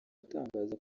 atangaza